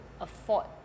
afford